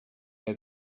had